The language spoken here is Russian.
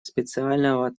специального